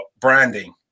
branding